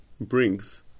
brings